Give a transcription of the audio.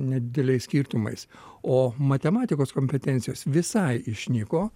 nedideliais skirtumais o matematikos kompetencijos visai išnyko